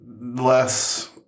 less